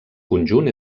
conjunt